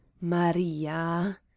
maria